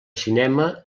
cinema